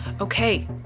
Okay